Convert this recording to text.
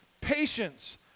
Patience